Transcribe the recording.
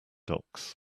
docs